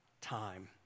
time